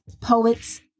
poets